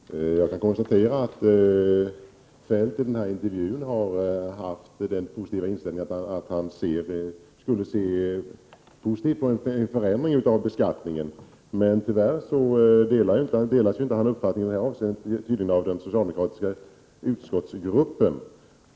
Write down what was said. Herr talman! Jag kan konstatera att Kjell-Olof Feldt i denna intervju haft inställningen att han skulle se positivt på en förändring av beskattningen. Men tyvärr delas hans uppfattning i detta avseende inte av den socialdemokratiska utskottsgruppen.